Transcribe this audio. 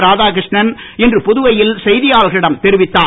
ராதாகிருஷ்ணன் இன்று புதுவையில் செய்தியாளர்களிடம் தெரிவித்தார்